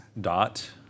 dot